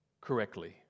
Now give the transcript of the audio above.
correctly